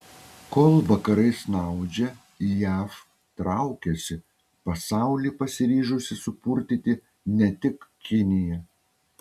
kol vakarai snaudžia jav traukiasi pasaulį pasiryžusi supurtyti ne tik kinija